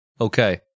Okay